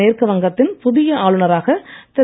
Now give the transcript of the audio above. மேற்கு வங்கத்தின் புதிய ஆளுநராக திரு